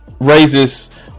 raises